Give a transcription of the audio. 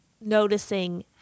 noticing